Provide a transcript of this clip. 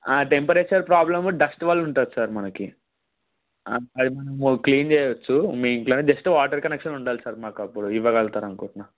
temperature problem dust వల్ల ఉంటుంది sir మనకు అది మనం క్లీన్ చేయచ్చు మీ ఇంట్లో జస్ట్ వాటర్ కనెక్షన్ ఉండాలి సార్ మాకు అప్పుడు ఇవ్వగలుగుతారు అనుకుంటున్న